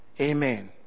Amen